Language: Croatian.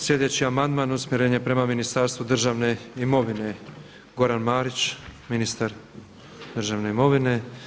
Slijedeći amandman usmjeren je prema Ministarstvu državne imovine, Goran Marić ministar državne imovine.